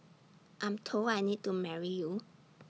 I'm told I need to marry you